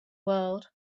world